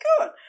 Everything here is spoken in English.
good